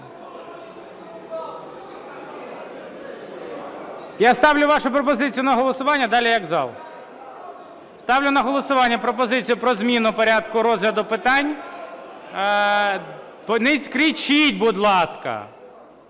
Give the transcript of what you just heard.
Я ставлю вашу пропозицію на голосування. Далі – як зал. Ставлю на голосування пропозицію про зміну порядку розгляду питань. Не кричіть, будь ласка.